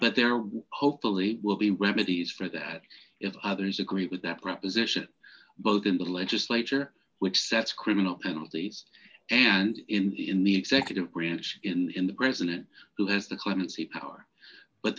but there are hopefully will be remedies for that if others agree with that proposition both in the legislature which sets criminal penalties and in the executive branch in the president who has the clemency power but